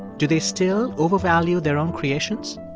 do they still overvalue their own creations?